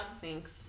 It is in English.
Thanks